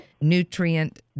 nutrient